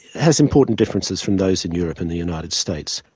has important differences from those in europe and the united states.